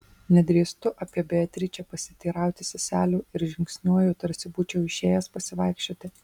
nedrįstu apie beatričę pasiteirauti seselių ir žingsniuoju tarsi būčiau išėjęs pasivaikščioti